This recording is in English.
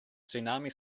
tsunami